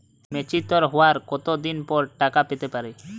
Mature হওয়ার কত দিন পর টাকা পেতে পারি?